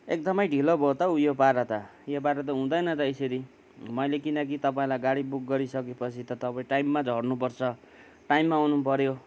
एकदमै ढिलो भयो त हौ यो पारा त यो पारा त हुँदैन त यसरी मैले किनकी तपाईँलाई गाडी बुक गरिसके पछि त तपाईँ टाइममा झर्नु पर्छ टाइममा आउनु पऱ्यो